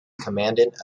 commandant